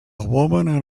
woman